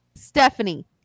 Stephanie